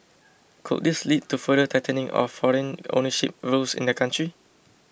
could this lead to further tightening of foreign ownership rules in the country